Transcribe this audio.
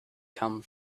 come